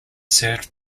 served